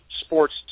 sports